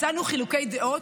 מצאנו חילוקי דעות,